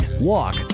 walk